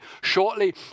shortly